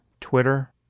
Twitter